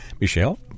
Michelle